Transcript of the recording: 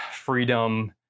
freedom